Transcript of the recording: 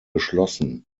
geschlossen